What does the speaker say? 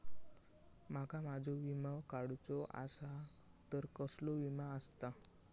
माका माझो विमा काडुचो असा तर कसलो विमा आस्ता?